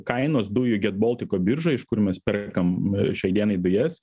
kainos dujų get boltiko biržoj iš kur mes perkam šiai dienai dujas